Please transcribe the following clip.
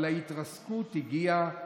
אבל ההתרסקות הגיעה,